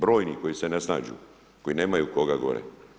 Brojni koji se ne snađu, koji nemaju koga gore.